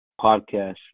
podcast